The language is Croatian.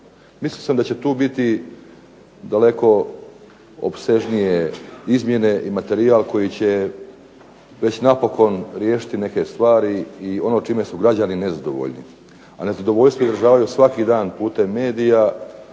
Mislio sam da će tu biti daleko opsežnije izmjene i materijal koji će već napokon riješiti neke stvari i ono čime su građani nezadovoljni, a nezadovoljstvo izražavaju svaki dan putem medija,